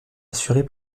assurée